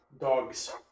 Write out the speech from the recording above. dogs